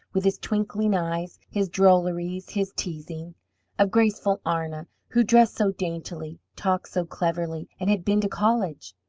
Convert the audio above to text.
with his twinkling eyes, his drolleries, his teasing of graceful arna who dressed so daintily, talked so cleverly, and had been to college.